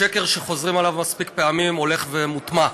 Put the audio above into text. שקר שחוזרים עליו מספיק פעמים הולך ומוטמע.